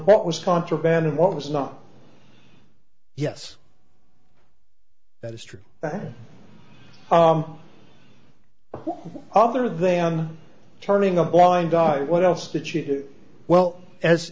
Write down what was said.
what was contraband and what was not yes that is true that other they are turning a blind god what else did she well as